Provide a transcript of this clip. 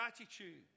attitude